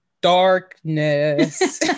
darkness